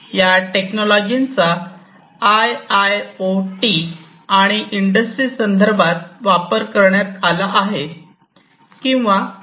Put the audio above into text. या टेक्नॉलॉजीचा I I O T आणि इंडस्ट्री संदर्भात वापर करण्यात आला आहे किंवा वापरण्यात येत आहेत